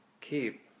keep